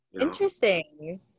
interesting